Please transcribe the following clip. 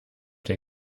der